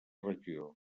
regió